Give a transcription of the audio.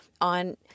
on